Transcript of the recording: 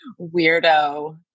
weirdo